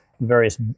various